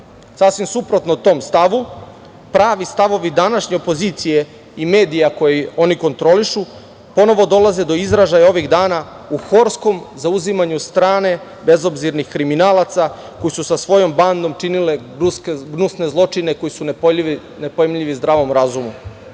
suprotno tom stavu pravi stavovi današnje opozicije i medija koje oni kontrolišu ponovo dolaze do izražaja ovih dana u horskom zauzimanju strane bezobzirnih kriminalaca koji su sa svojom bandom činile gnusne zločine koji su nepojmljivi zdravom razumu.U